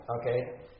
Okay